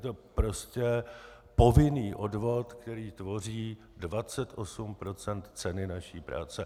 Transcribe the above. Je to prostě povinný odvod, který tvoří 28 % ceny naší práce.